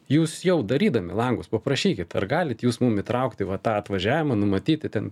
jūs jau darydami langus paprašykit ar galit jūs mum įtraukti va tą atvažiavimą numatyti ten